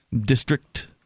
district